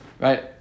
right